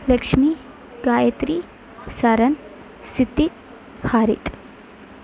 Lakshmi Gayathri Charan Siddique Harith